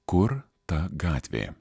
kur ta gatvė